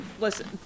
Listen